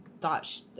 thought